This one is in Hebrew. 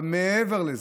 אבל מעבר לזה,